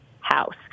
house